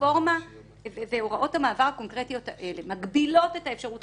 הרפורמה והוראות המעבר הקונקרטיות האלה מגבילות את האפשרות